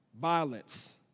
violence